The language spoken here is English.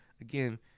again